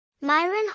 Myron